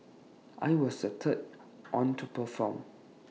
I was the third one to perform